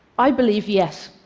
i believe yes.